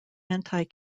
anti